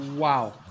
Wow